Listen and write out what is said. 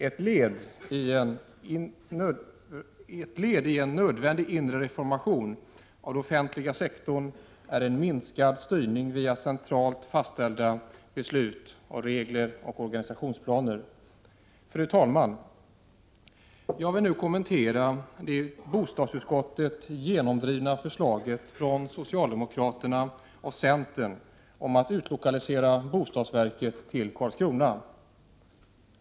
Ett led i en nödvändig inre reformation av den offentliga sektorn är en minskad styrning via centralt fattade beslut och centralt fastställda regler och organisationsplaner. Jag vill nu kommentera det i bostadsutskottet genomdrivna förslaget från socialdemokraterna och centerpartiet om att utlokalisera bostadsverket till Karlskrona.